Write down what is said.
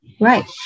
Right